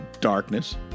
darkness